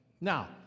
Now